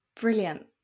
Brilliant